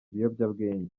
ibiyobyabwenge